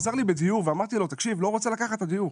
הוא עזר לי בדיוק ואמרתי לו שאני לא רוצה לקחת את הדיור,